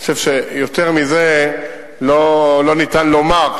אני חושב שיותר מזה לא ניתן לומר.